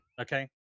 Okay